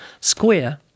square